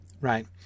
right